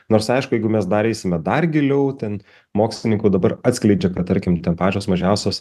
nors aišku jeigu mes dar eisime dar giliau ten mokslininkų dabar atskleidžia kad tarkim ten pačios mažiausios